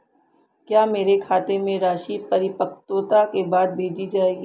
क्या मेरे खाते में राशि परिपक्वता के बाद भेजी जाएगी?